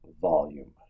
volume